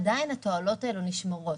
עדיין התועלות האלה נשמרות.